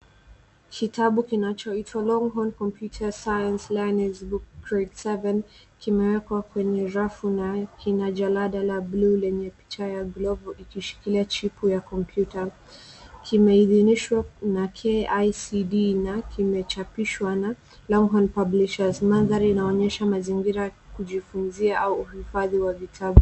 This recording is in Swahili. Kitabu kinachoitwa Longhorn Computer Science Learner's Book Grade 7, kimewekwa kwenye rafu na kina jalada la buluu, lenye picha ya glovu, ikishikilia chipu ya kompyuta. Kimeidhinishwa na K.I.C.D na kimechapishwa na Longhorn Publishers. Mandhari inaonyesha mazingira ya kujifunzia au uhifadhi wa vitabu.